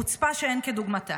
חוצפה שאין כדוגמתה.